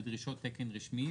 בדרישות תקן רשמי,